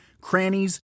crannies